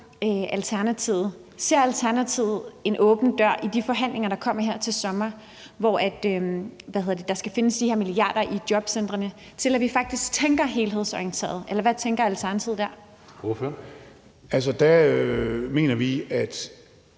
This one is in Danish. Alternativet, om Alternativet ser en åben dør i de forhandlinger, der kommer til sommer, og hvor der skal findes de her milliarder i jobcentrene, så vi faktisk tænker helhedsorienteret. Eller hvad tænker Alternativet der? Kl. 15:44 Tredje